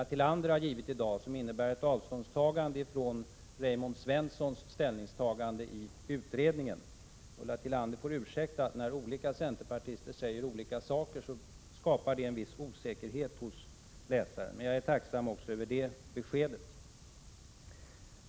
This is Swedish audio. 1987/88:20 dag, som innebär ett avståndstagande från Raymond Svenssons ställningsta 10 november 1987 gande i utredningen. Ulla Tillander får ursäkta att det, när olika centerpartis=== Sr ter säger olika saker, skapar en viss osäkerhet hos läsaren. Men jag är tacksam också över det beskedet.